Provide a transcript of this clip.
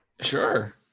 sure